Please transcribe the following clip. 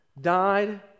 died